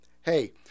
hey